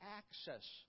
access